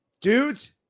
Dudes